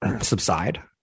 subside